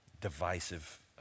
divisive